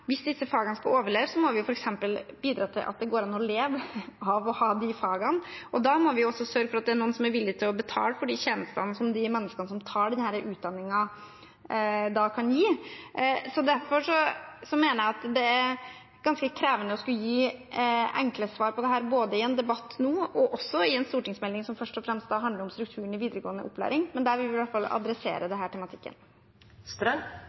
Hvis disse fagene skal overleve, må vi jo f.eks. bidra til at det går an å leve av å ha de fagene, og da må vi også sørge for at det er noen som er villige til å betale for de tjenestene som de menneskene som tar denne utdanningen, kan gi. Derfor mener jeg at det er ganske krevende å skulle gi enkle svar på dette, både i en debatt her nå og i en stortingsmelding som først og fremst handler om strukturen i videregående opplæring. Men der vil vi iallfall ta opp denne tematikken. Jeg takker for svaret. Senterpartiets engasjement i